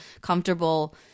comfortable